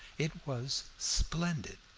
it was splendid!